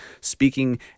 speaking